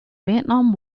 vietnam